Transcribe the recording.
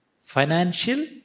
financial